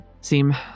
seem